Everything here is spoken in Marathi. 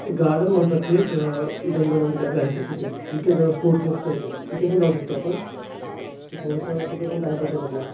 एक गार्डन म्हणतात ते एक इडन गार्डन का काहीतरी आहे ते तिथे क्रिकेट स्पोर्ट क्लबचं आहे ते तिथे पण जाऊ शकतो आपण तर थोडंसं तिथं पण टाईमपास होईल आपला